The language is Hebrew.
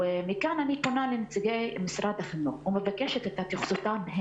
מכאן אני פונה לנציגי משרד החינוך ומבקשת את התייחסותם.